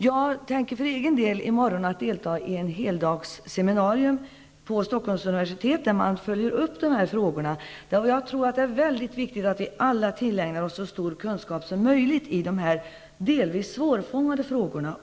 Jag tänker för egen del i morgon delta i ett heldagsseminarium på Stockholms universitet där man följer upp dessa frågor. Jag tror att det är viktigt att vi alla tillägnar oss så stor kunskap som möjligt i dessa delvis svårfångade frågor.